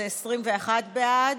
21 בעד.